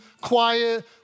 quiet